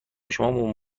شما